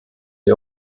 die